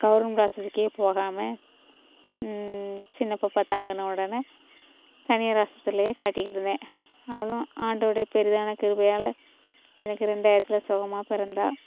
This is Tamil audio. கவுர்மெண்ட் ஹாஸ்பிட்டலுகே போகாமல் சின்ன பாப்பா தங்கின உடனே தனியார் ஆஸ்பத்திரியிலே காட்டிகிட்டு இருந்தேன் அவளும் ஆண்டவருடைய பெரிதான கிருபையால் எனக்கு ரெண்டாயிரத்தில் சுகமாக பிறந்தா